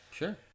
Sure